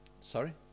Sorry